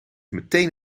meteen